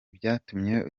byatumye